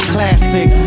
Classic